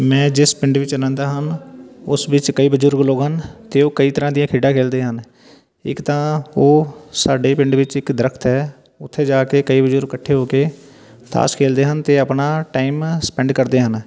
ਮੈਂ ਜਿਸ ਪਿੰਡ ਵਿੱਚ ਰਹਿੰਦਾ ਹਨ ਉਸ ਵਿੱਚ ਕਈ ਬਜ਼ੁਰਗ ਲੋਕ ਹਨ ਅਤੇ ਉਹ ਕਈ ਤਰ੍ਹਾਂ ਦੀਆਂ ਖੇਡਾਂ ਖੇਡਦੇ ਹਨ ਇੱਕ ਤਾਂ ਉਹ ਸਾਡੇ ਪਿੰਡ ਵਿੱਚ ਇੱਕ ਦਰਖਤ ਹੈ ਉੱਥੇ ਜਾ ਕੇ ਕਈ ਬਜ਼ੁਰਗ ਇਕੱਠੇ ਹੋ ਕੇ ਤਾਂਸ਼ ਖੇਡਦੇ ਹਨ ਅਤੇ ਆਪਣਾ ਟਾਈਮ ਸਪੈਂਡ ਕਰਦੇ ਹਨ